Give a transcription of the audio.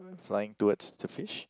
flying towards the fish